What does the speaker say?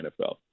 NFL